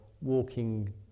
walking